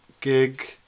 gig